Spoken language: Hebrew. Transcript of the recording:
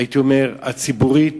הייתי אומר, ברמה הציבורית,